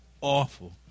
awful